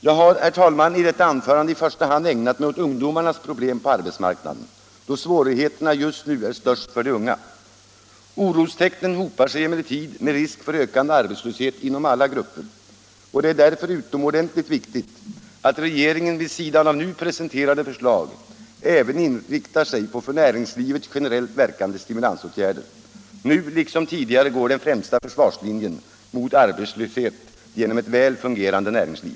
Jag har, herr talman, i detta anförande i första hand ägnat mig åt ungdomarnas problem på arbetsmarknaden, då svårigheterna just nu är störst för de unga. Orostecknen hopar sig emellertid med risk för ökande arbetslöshet inom alla grupper, och det är därför utomordentligt viktigt att regeringen vid sidan av nu presenterade förslag även inriktar sig på för näringslivet generellt verkande stimulansåtgärder. Nu liksom tidigare går den främsta försvarslinjen mot arbetslöshet genom ett väl fungerande näringsliv.